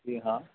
جی ہاں